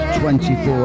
24